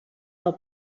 del